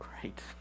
Great